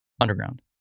underground